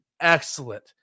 excellent